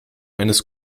eines